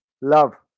Love